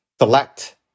select